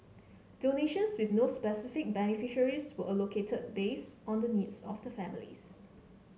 donations with no specific beneficiaries were allocated based on the needs of the families